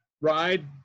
ride